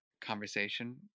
conversation